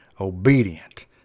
obedient